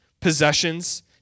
possessions